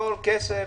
הכול כסף,